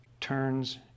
turns